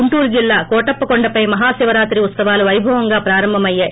గుంటూరు జిల్లా కోటప్పకోండపై మహాశివరాత్రి ఉత్సవాలు పైభవంగా ప్రారంభమైయ్యాయి